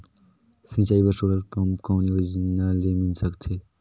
सिंचाई बर solar pump कौन योजना ले मिल सकथे?